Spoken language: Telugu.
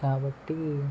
కాబట్టి